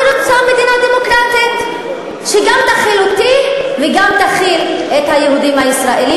אני רוצה מדינה דמוקרטית שגם תכיל אותי וגם תכיל את היהודים הישראלים,